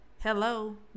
Hello